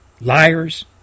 liars